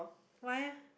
why eh